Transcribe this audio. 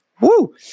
Woo